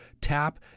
Tap